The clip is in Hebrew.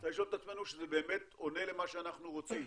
צריך לשאול את עצמנו אם זה באמת עונה למה שאנחנו רוצים.